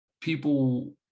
people